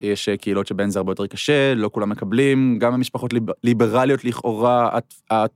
יש קהילות שבהן זה הרבה יותר קשה, לא כולם מקבלים, גם המשפחות ליברליות, לכאורה...